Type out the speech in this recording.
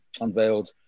unveiled